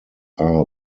are